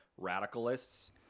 radicalists